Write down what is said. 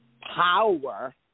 power